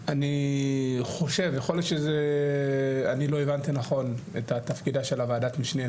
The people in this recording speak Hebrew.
אני חושב יכול להיות שאני לא הבנתי נכון את התפקיד של וועדת המשנה,